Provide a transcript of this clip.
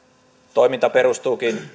toiminta perustuukin